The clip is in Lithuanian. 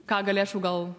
ką galėčiau gal